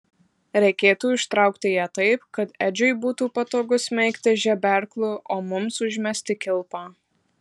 reikėtų ištraukti ją taip kad edžiui būtų patogu smeigti žeberklu o mums užmesti kilpą